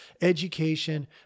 education